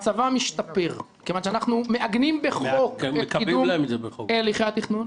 מצבם משתפר כיוון שאנחנו מעגנים בחוק את קידום הליכי התכנון,